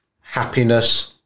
happiness